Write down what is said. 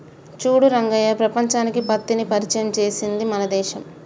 చూడు రంగయ్య ప్రపంచానికి పత్తిని పరిచయం చేసింది మన దేశం